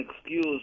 excuse